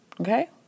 okay